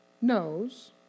knows